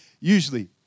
usually